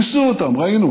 ניסו אותן, ראינו.